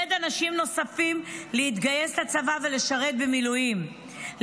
ולעודד אנשים נוספים להתגייס לצבא ולשרת במילואים,